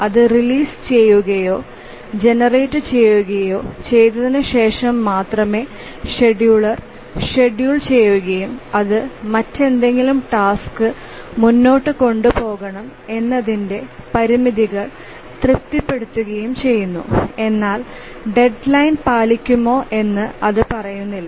അത് റിലീസ് ചെയ്യുകയോ ജനറേറ്റുചെയ്യുകയോ ചെയ്തതിനുശേഷം മാത്രമേ ഷെഡ്യൂളർ ഷെഡ്യൂൾ ചെയ്യുകയും അത് മറ്റെന്തെങ്കിലും ടാസ്ക് മുന്നോട്ട് കൊണ്ടുപോകണം എന്നതിന്റെ പരിമിതികൾ തൃപ്തിപ്പെടുത്തുകയും ചെയ്യുന്നു എന്നാൽ ഡെഡ് ലൈന് പാലിക്കുമോ എന്ന് അത് പറയുന്നില്ല